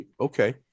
okay